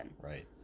Right